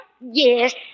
Yes